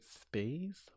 space